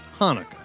Hanukkah